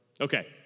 Okay